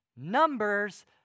Numbers